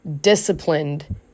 disciplined